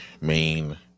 main